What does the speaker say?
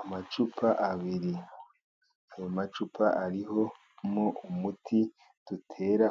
Amacupa abiri , ayo macupa arimo umuti dutera